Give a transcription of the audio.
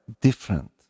different